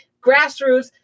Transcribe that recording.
grassroots